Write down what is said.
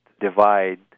divide